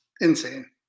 insane